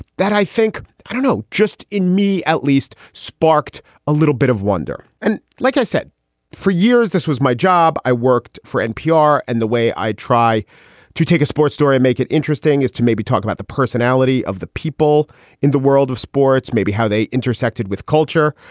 that i think i don't know, just in me at least sparked a little bit of wonder. and like i said for years, this was my job. i worked for npr. and the way i try to take a sports story and make it interesting is to maybe talk about the personality of the people in the world of sports, maybe how they intersected with culture.